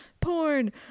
Porn